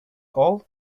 all